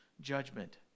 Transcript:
judgment